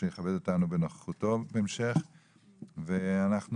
שיכבד אותנו בהמשך בנוכחותו.